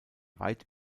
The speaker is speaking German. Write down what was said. weit